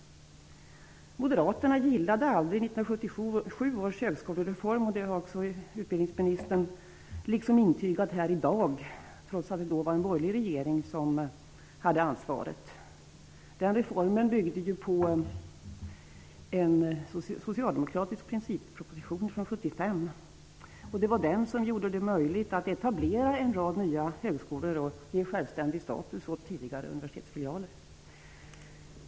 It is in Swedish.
Moderaterna gillade aldrig 1977 års högskolereform -- det har också utbildningsministern intygat här i dag -- trots att det då var en borgerlig regering som hade ansvaret. Den reformen byggde ju på en socialdemokratisk principproposition från 1975. Det var den som gjorde det möjligt att etablera en rad nya högskolor och ge självständig status åt tidigare universitetsfilialer.